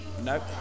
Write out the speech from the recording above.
Nope